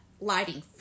Lighting